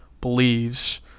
believes